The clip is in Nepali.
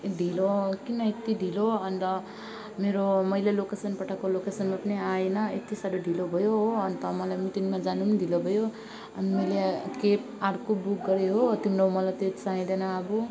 ढिलो किन यति ढिलो अन्त मेरो मैले लोकेसन पठाएको लोकेसनमा पनि आएन है यति साह्रो ढिलो भयो हो अन्त मलाई मिटिङमा जान ढिलो भयो अनि मैले क्याब अर्को बुक गरेँ हो तिम्रो मलाई त्यो चाहिँदैन अब